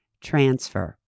transfer